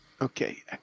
Okay